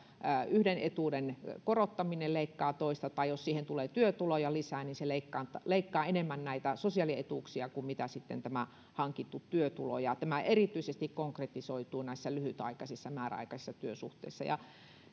yhden etuuden korottaminen leikkaa toista tai jos siihen tulee työtuloja lisää niin se leikkaa enemmän näitä sosiaalietuuksia kuin mitä sitten tämä hankittu työtulo on tämä konkretisoituu erityisesti lyhytaikaisissa määräaikaisissa työsuhteissa